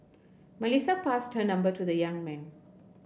Melissa passed her number to the young man